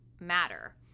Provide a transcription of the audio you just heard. matter